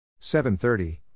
730